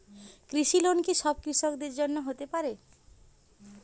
কৃষি লোন কি সব কৃষকদের জন্য হতে পারে?